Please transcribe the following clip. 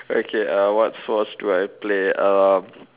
okay uh what sports do I play uh